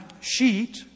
sheet